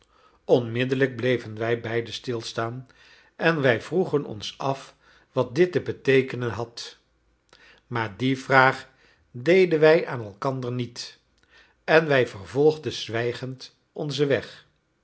onmiddellijk bleven wij beiden stilstaan en wij vroegen ons af wat dit te beteekenen had maar die vraag deden wij aan elkander niet en wij vervolgden zwijgend onzen weg